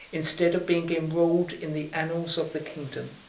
instead of being enrolled in the annals of the kingdom,